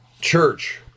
Church